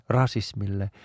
rasismille